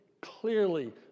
Clearly